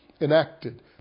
enacted